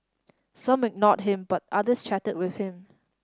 some ignored him but others chatted with him